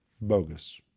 bogus